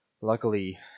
luckily